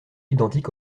identique